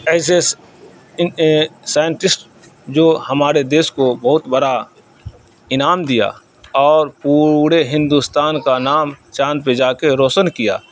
assess ان scientist جو ہمارے دیس کو بہت بڑا انعام دیا اور پورے ہندوستان کا نام چاند پہ جا کے روشن کیا